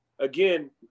Again